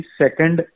second